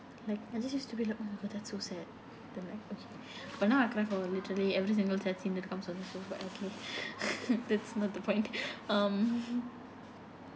like I just used to be like oh my god that's so sad the next question but now I cry for literally every single sad scene that comes so and so but okay that's not the point um